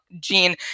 gene